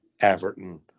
Everton